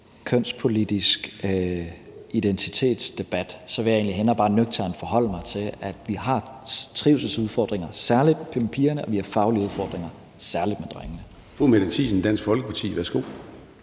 kønspolitisk identitetsdebat, vil jeg egentlig hellere bare nøgternt forholde mig til, at vi har trivselsudfordringer særlig blandt pigerne, og at vi har faglige udfordringer særlig blandt drengene. Kl. 13:59 Formanden (Søren